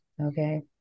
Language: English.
Okay